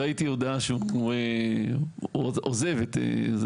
נתחיל עכשיו את כל